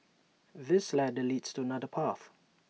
this ladder leads to another path